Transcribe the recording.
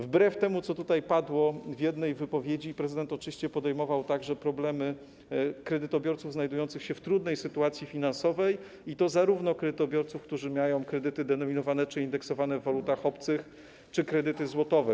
Wbrew temu, co tutaj padło w jednej wypowiedzi, prezydent oczywiście podejmował także problemy kredytobiorców znajdujących się w trudnej sytuacji finansowej - i to również kredytobiorców, którzy mają kredyty denominowane czy indeksowane w walutach obcych czy kredyty złotowe.